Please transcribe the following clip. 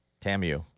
TAMU